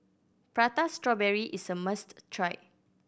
Prata Strawberry is a must try